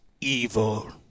Evil